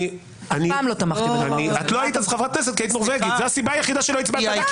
זה מהטרומית.